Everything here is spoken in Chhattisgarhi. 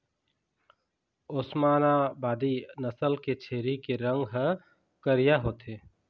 ओस्मानाबादी नसल के छेरी के रंग ह करिया होथे